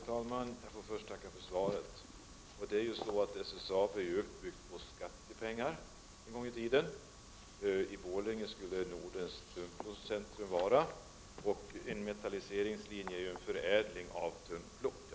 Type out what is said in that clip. Herr talman! Jag får först tacka för svaret. SSAB byggdes en gång i tiden upp med skattepengar. I Borlänge skulle Nordens tunnplåtscentrum finnas. En metalliseringslinje är en förädling av tunnplåt.